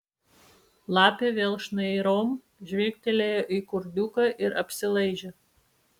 lapė vėl šnairom žvilgtelėjo į kurdiuką ir apsilaižė